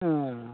अ